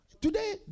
Today